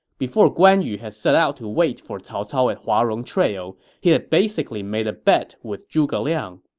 before guan yu had set out to wait for cao cao at huarong trail, he had basically made a bet with zhuge liang.